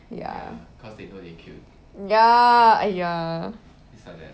ya ya !aiya!